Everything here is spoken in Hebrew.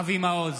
אבי מעוז,